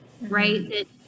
right